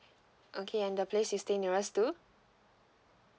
okay and the place you stay nearest to